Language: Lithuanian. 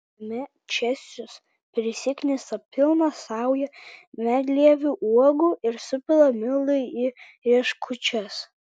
kieme česius priskina pilną saują medlievų uogų ir supila mildai į rieškučias